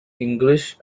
english